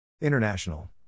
International